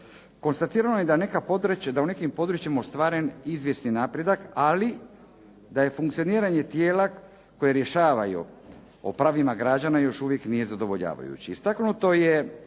Konstatirano je da je u nekim područjima ostvaren izvjesni napredak, ali da funkcioniranje tijela koje rješavaju o pravima građana još uvijek nije zadovoljavajuće.